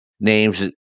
names